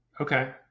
Okay